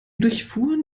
durchfuhren